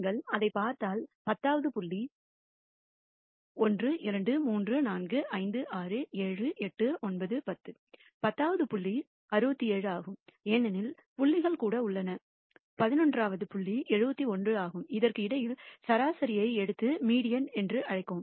நீங்கள் அதைப் பார்த்தால் பத்தாவது புள்ளி 1 2 3 4 5 6 7 8 9 10 பத்தாவது புள்ளி 67 ஆகும் ஏனெனில் புள்ளிகள் கூட உள்ளன பதினொன்றாவது புள்ளி 71 ஆகும் இதற்கு இடையில் சராசரியை எடுத்து மீடியன் என்று அழைக்கவும்